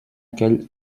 aquell